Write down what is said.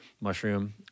mushroom